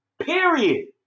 Period